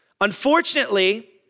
Unfortunately